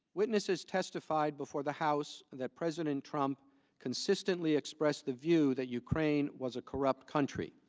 witnesses testified before the house that president trump consistently expressed the view that ukraine was a corrupt country.